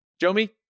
Jomi